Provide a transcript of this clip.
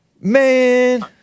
man